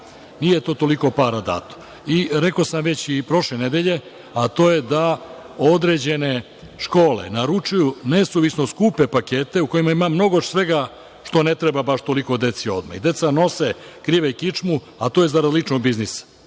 nije to toliko para dato. Rekao sam i prošle nedelje, a to je da određene škole naručuju nesuvisno skupe pakete u kojima ima mnogo više, a to ne treba deci odmah i deca nose, krive kičmu, a to je zarad ličnog biznisa. Pošto